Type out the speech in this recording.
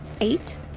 Eight